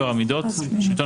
טוהר המידות של השירות הציבורי,